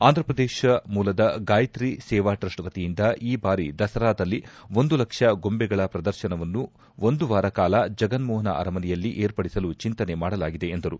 ಆಂಧಪ್ರದೇಶ ಮೂಲದ ಗಾಯಿತ್ರಿ ಸೇವಾ ಟ್ರಸ್ಟ್ ವತಿಯಿಂದ ಈ ಬಾರಿ ದಸರಾದಲ್ಲಿ ಒಂದು ಲಕ್ಷ ಗೊಂಬೆಗಳ ಪ್ರದರ್ಶನವನ್ನು ಒಂದುವಾರ ಕಾಲ ಜಗನ್ನೋಹನ ಅರಮನೆಯಲ್ಲಿ ಏರ್ಪಡಿಸಲು ಚಿಂತನೆ ಮಾಡಲಾಗಿದೆ ಎಂದರು